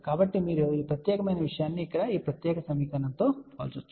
కాబట్టి మీరు ఈ ప్రత్యేకమైన విషయాన్ని ఇక్కడ ఈ ప్రత్యేక సమీకరణంతో పోల్చండి